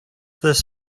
this